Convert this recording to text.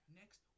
next